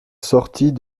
sortie